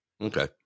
Okay